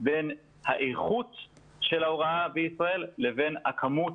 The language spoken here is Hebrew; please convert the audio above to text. בין האיכות של ההוראה בישראל לבין הכמות,